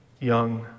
young